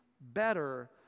better